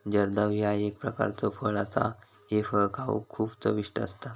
जर्दाळू ह्या एक प्रकारचो फळ असा हे फळ खाउक खूप चविष्ट असता